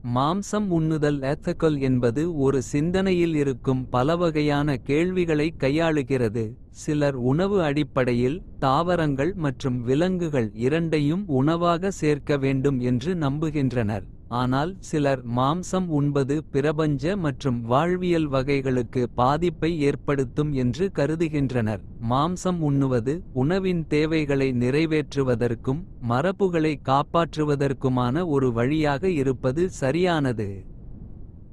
மாம்சம் உண்ணுதல் என்பது ஒரு சிந்தனையில். இருக்கும் பலவகையான கேள்விகளைக் கையாளுகிறது. சிலர் உணவு அடிப்படையில் தாவரங்கள் மற்றும் விலங்குகள். இரண்டையும் உணவாக சேர்க்க வேண்டும் என்று நம்புகின்றனர். ஆனால் சிலர் மாம்சம் உண்பது பிரபஞ்ச மற்றும் வாழ்வியல். வகைகளுக்கு பாதிப்பை ஏற்படுத்தும் என்று கருதுகின்றனர். மாம்சம் உண்ணுவது உணவின் தேவைகளை. நிறைவேற்றுவதற்கும் மரபுகளை காப்பாற்றுவதற்குமான. ஒரு வழியாக இருப்பது சரியானது. "